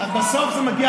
בסוף זה מגיע